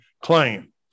claim